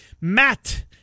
matt